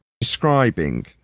describing